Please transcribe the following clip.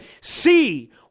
see